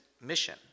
mission